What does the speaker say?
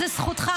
זו זכותך.